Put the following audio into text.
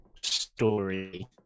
story